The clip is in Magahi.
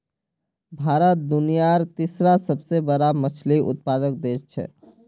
भारत दुनियार तीसरा सबसे बड़ा मछली उत्पादक देश छे